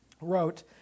wrote